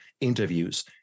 interviews